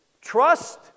Trust